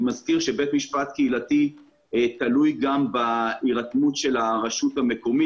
אני מזכיר שבית משפט קהילתי תלוי גם בהירתמות של הרשות המקומית